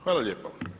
Hvala lijepo.